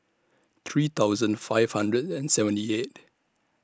three thousand five hundred and seventy eight